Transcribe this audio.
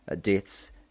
deaths